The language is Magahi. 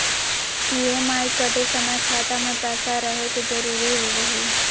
ई.एम.आई कटे समय खाता मे पैसा रहे के जरूरी होवो हई